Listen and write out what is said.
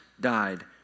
died